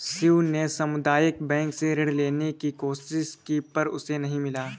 शिव ने सामुदायिक बैंक से ऋण लेने की कोशिश की पर उसे नही मिला